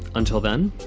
until then,